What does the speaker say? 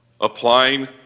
applying